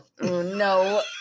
no